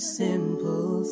simple